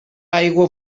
aigua